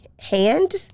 hand